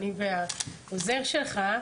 אני והעוזר שלך.